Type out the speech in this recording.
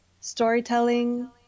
storytelling